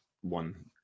one